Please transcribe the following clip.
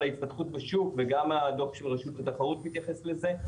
ההתפתחות בשוק וגם הדוח של רשות התחרות מתייחס לזה,